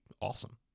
awesome